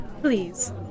Please